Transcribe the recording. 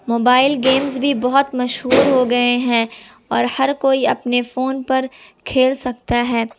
mobile games بھی بہت مشہور ہو گئے ہیں اور ہر کوئی اپنے فون پر کھیل سکتا ہے